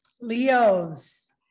leo's